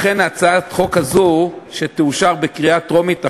לכן הצעת החוק הזו, שתאושר בקריאה טרומית עכשיו,